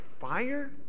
fire